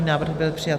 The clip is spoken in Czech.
Návrh byl přijat.